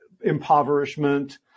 impoverishment